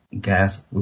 gas